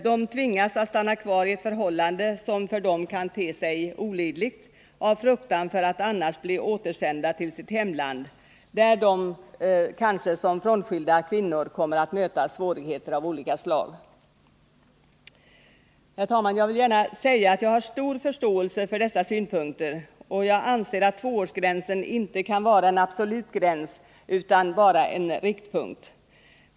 De tvingas att stanna kvar i ett förhållande som för dem kan te sig olidligt av fruktan för att annars bli återsända till sitt hemland, där de kanske som frånskilda kvinnor kommer att möta svårigheter av olika Herr talman! Jag vill gärna s ga att jag har stor förståelse för dessa sgränsen inte kan vara en absolut gräns utan endast en riktpunkt.